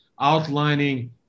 outlining